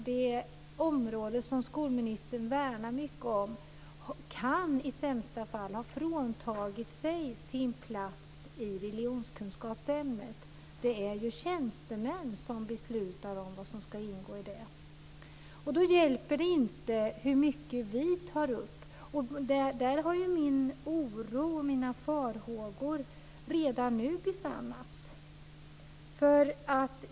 Det område som skolministern värnar mycket om kan i sämsta fall ha fråntagits sin plats i religionskunskapsämnet. Det är ju tjänstemän som beslutar om vad som ska ingå i det. Då hjälper det inte hur mycket vi tar upp detta. Där har ju mina farhågor redan besannats.